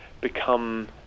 become